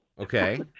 Okay